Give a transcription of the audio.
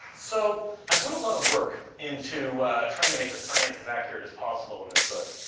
so i put a lot of work into trying to make the science as accurate as possible in this book,